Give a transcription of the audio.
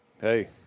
hey